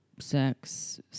sex